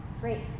Great